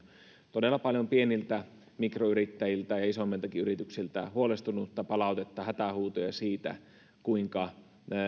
todella paljon pieniltä mikroyrittäjiltä ja isommiltakin yrityksiltä huolestunutta palautetta hätähuutoja siitä kuinka